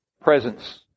Presence